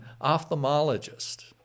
ophthalmologist